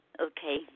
Okay